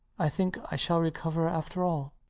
i think i shall recover after all.